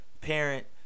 parent